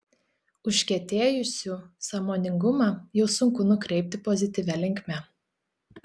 užkietėjusių sąmoningumą jau sunku nukreipti pozityvia linkme